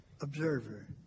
observer